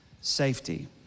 safety